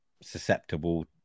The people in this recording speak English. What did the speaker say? susceptible